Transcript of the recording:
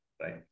right